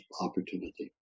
opportunity